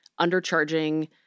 undercharging